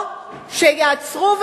או שיעצרו,